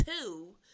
two